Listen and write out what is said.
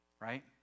right